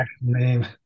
name